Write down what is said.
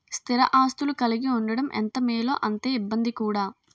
స్థిర ఆస్తులు కలిగి ఉండడం ఎంత మేలో అంతే ఇబ్బంది కూడా